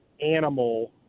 animal